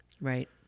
right